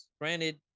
Granted